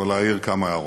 אבל להעיר כמה הערות.